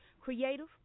Creative